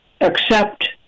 Accept